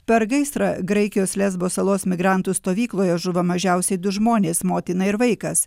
per gaisrą graikijos lesbo salos migrantų stovykloje žuvo mažiausiai du žmonės motina ir vaikas